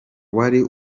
wari